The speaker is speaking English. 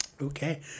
Okay